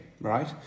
right